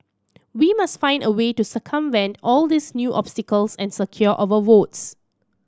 we must find a way to circumvent all these new obstacles and secure our votes